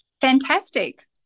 Fantastic